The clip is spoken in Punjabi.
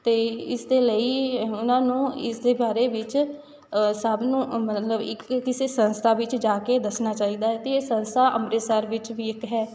ਅਤੇ ਇਸਦੇ ਲਈ ਉਹਨਾਂ ਨੂੰ ਇਸਦੇ ਬਾਰੇ ਵਿੱਚ ਸਭ ਨੂੰ ਮਤਲਬ ਇੱਕ ਕਿਸੇ ਸੰਸਥਾ ਵਿੱਚ ਜਾ ਕੇ ਦੱਸਣਾ ਚਾਹੀਦਾ ਹੈ ਅਤੇ ਇਹ ਸੰਸਥਾ ਅੰਮ੍ਰਿਤਸਰ ਵਿੱਚ ਵੀ ਇੱਕ ਹੈ